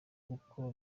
nk’uko